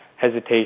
hesitation